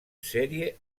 sèrie